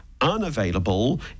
Unavailable